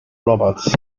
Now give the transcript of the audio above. roberts